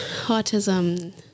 autism